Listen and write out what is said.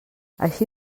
així